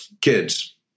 kids